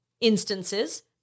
instances